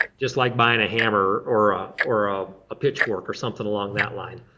just like buying a hammer or ah or ah a pitchfork or something along that line.